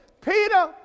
Peter